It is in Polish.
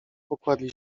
pokładli